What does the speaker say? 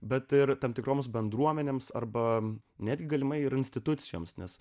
bet ir tam tikroms bendruomenėms arba net galimai ir institucijoms nes